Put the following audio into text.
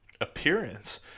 appearance